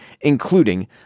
Including